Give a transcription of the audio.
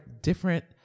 different